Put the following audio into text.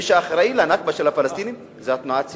מי שאחראי ל"נכבה" של הפלסטינים זו התנועה הציונית.